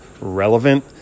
relevant